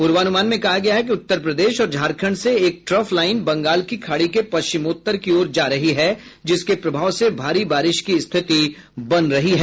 पूर्वानुमान में कहा गया है कि उत्तर प्रदेश और झारखंड से एक ट्रफ लाईन बंगाल की खाड़ी के पश्चिमोत्तर की ओर जा रही है जिसके प्रभाव से भारी बारिश की स्थितियां बनी हैं